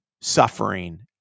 Suffering